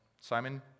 Simon